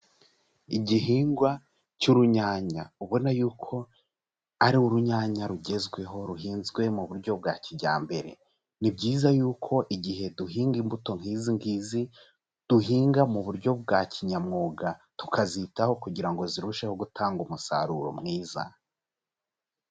Igihingwa cy'urunyanya, ubona yuko ari urunyanya rugezweho ruhinzwe mu buryo bwa kijyambere, ni byiza yuko igihe duhinga imbuto nk'izi ngizi, duhinga mu buryo bwa kinyamwuga, tukazitaho kugira ngo zirusheho gutanga umusaruro mwiza.